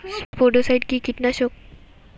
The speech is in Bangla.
স্পোডোসাইট কি কীটনাশক?